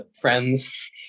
friends